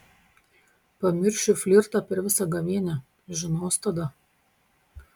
pamiršiu flirtą per visą gavėnią žinos tada